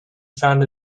found